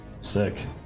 sick